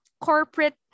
corporate